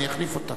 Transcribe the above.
אני אחליף אותך.